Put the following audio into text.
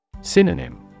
Synonym